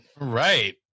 Right